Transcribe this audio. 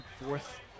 Fourth